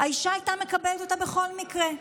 היא הייתה מקבלת אותה בכל מקרה.